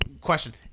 Question